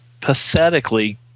pathetically